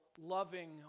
loving